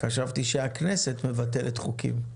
חשבתי שהכנסת מבטלת חוקים.